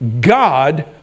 God